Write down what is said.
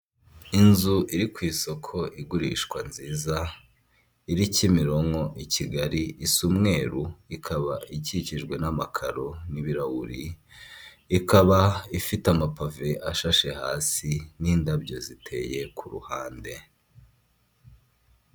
Inzu iri ku isoko igurishwa nziza iri kimironko i Kigali isa umweru ikaba ikikijwe n'amakaro n'ibirahuri ikaba ifite amapave ashashe hasi n'indabyo ziteye ku ruhande.